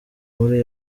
muri